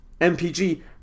mpg